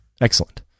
Excellent